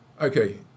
Okay